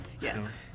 Yes